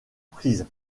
prise